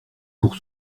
pour